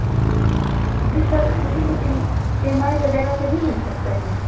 جی جی سر مجھے لیکن ایم آئی وغیرہ پہ نہیں ہو سکتا ہے یہ